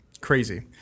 crazy